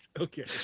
Okay